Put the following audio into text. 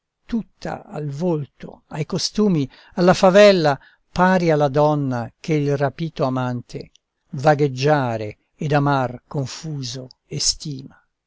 tutta al volto ai costumi alla favella pari alla donna che il rapito amante vagheggiare ed amar confuso estima